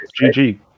GG